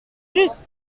juste